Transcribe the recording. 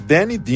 Danny